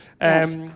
Yes